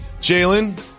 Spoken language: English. Jalen